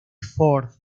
ford